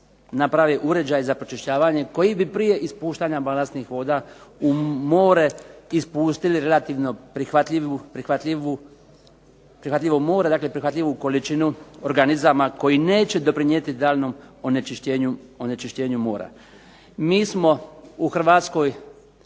napravi uređaj za pročišćavanje koji bi prije ispuštanja balastnih voda u more ispustili relativno prihvatljivu količinu organizama koji neće doprinijeti daljnjem onečišćenju mora. Mi smo u Hrvatskoj